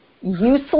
useless